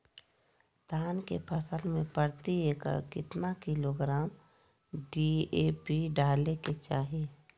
धान के फसल में प्रति एकड़ कितना किलोग्राम डी.ए.पी डाले के चाहिए?